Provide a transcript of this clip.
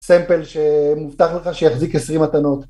סמפל שמובטח לך שיחזיק 20 מתנות.